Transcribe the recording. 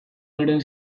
noren